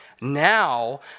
Now